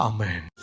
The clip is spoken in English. Amen